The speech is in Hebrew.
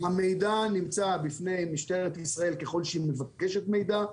המידע נמצא בפני משטרת ישראל ככל שהיא מבקשת מידע,